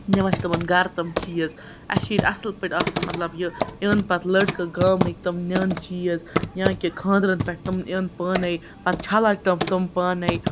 نِوان چھِ تٕمَن گَرٕ تِم چیٖز اَسہِ چھِ ییٚتہِ اَصٕل پٲٹھۍ آسان مطلب یہِ اِن پَتہٕ لٔڑکہٕ گامٕکۍ تِم نِن چیٖز یا کہِ خانٛدرَن پٮ۪ٹھ تِم اِن پانے پَتہٕ چھَلَن تِم تِم پانَے